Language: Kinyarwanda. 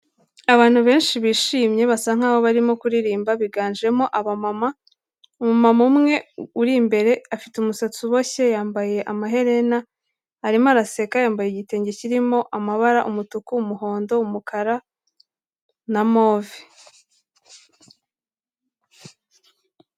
Abantu benshi bishimye basa nkaho barimo kuririmba biganjemo abamama, umumama umwe uri imbere afite umusatsi uboshye, yambaye amaherena, arimo araseka, yambaye igitenge kirimo amabara umutuku, umuhondo, umukara na move.